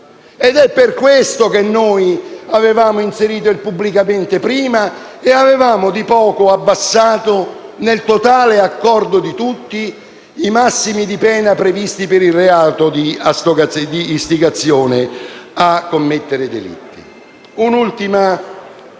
Ed è per questo che noi avevamo inserito il termine «pubblicamente» prima e avevamo di poco abbassato, nel totale accordo di tutti, i massimi di pena previsti per il reato di istigazione a commettere delitti. Come ultimo punto,